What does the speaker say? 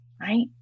right